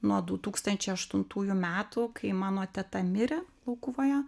nuo du tūkstančiai aštuntųjų metų kai mano teta mirė laukuvoje